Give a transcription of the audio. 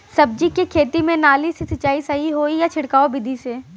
सब्जी के खेती में नाली से सिचाई सही होई या छिड़काव बिधि से?